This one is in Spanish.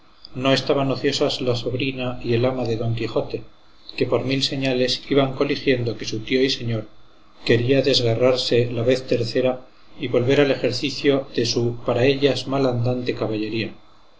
no estaban ociosas la sobrina y el ama de don quijote que por mil señales iban coligiendo que su tío y señor quería desgarrarse la vez tercera y volver al ejercicio de su para ellas mal andante caballería